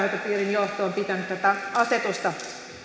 johto on pitänyt tätä asetusta